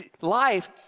life